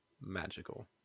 magical